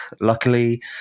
luckily